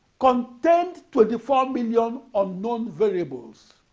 contained twenty four million unknown variables.